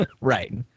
Right